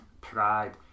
pride